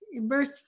birth